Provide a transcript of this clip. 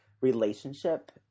relationship